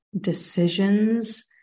decisions